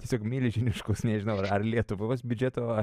tiesiog milžiniškus nežinau ar lietuvos biudžeto